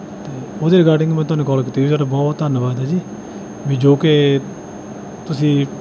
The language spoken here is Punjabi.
ਅਤੇ ਉਹਦੇ ਰਿਗਾਰਡਿੰਗ ਮੈਂ ਤੁਹਾਨੂੰ ਕਾਲ ਕੀਤੀ ਸਰ ਬਹੁਤ ਧੰਨਵਾਦ ਹੈ ਜੀ ਵੀ ਜੋ ਕਿ ਤੁਸੀਂ